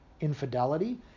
infidelity